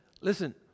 listen